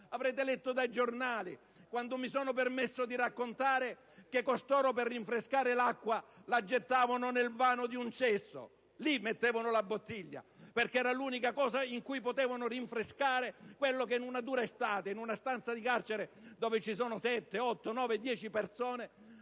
avrete letto dai giornali quando mi sono permesso di raccontare che costoro per rinfrescare l'acqua usavano il vano di un cesso: lì mettevano la bottiglia, perché era l'unico modo in cui potevano rinfrescare quello che, in una dura estate, in una stanza di carcere dove ci sono fino a dieci persone,